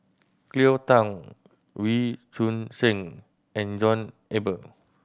Cleo Thang Wee Choon Seng and John Eber